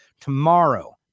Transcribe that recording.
Tomorrow